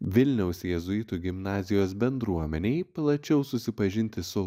vilniaus jėzuitų gimnazijos bendruomenei plačiau susipažinti su